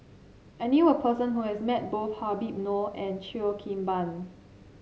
I knew a person who has met both Habib Noh and Cheo Kim Ban